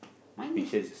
mine is